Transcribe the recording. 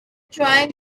trying